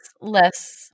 less